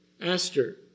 aster